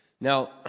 Now